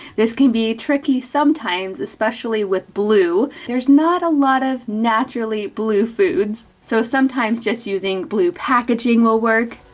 this can be tricky sometimes, especially with blue. there's not a lot of naturally blue foods. so sometimes just using blue packaging will work.